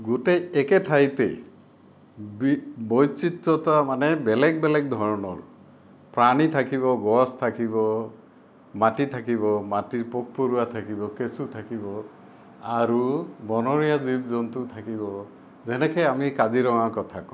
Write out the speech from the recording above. গোটেই একে ঠাইতে বি বৈচিত্ৰতা মানে বেলেগ বেলেগ ধৰণৰ প্ৰাণী থাকিব গছ থাকিব মাটি থাকিব মাটিৰ পোক পৰুৱা থাকিব কেঁচু থাকিব আৰু বনৰীয়া জীৱ জন্তু থাকিব যেনেকে আমি কাজিৰঙাৰ কথা কওঁ